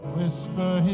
Whisper